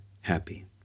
happy